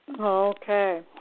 Okay